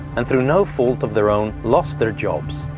and through no fault of their own lost their jobs,